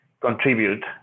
contribute